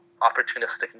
opportunistic